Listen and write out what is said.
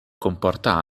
comporta